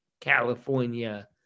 California